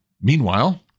meanwhile